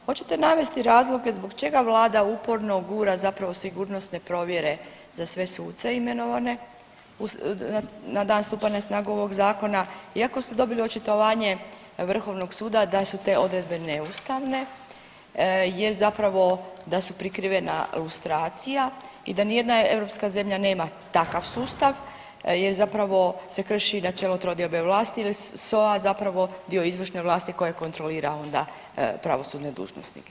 Hoćete navesti razloga zbog čega Vlada uporno gura zapravo sigurnosne provjere za sve suce imenovane na dan stupanja na snagu ovog Zakona iako ste dobili očitovanje Vrhovnog suda da su te odredbe neustavne jer zapravo da su prikrivena lustracija i da nijedna europska zemlja nema takav sustav je zapravo se krši načelo trodiobe vlasti jel je SOA zapravo dio izvršne vlasti koja kontrolira onda pravosudne dužnosnike.